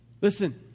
Listen